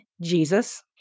Jesus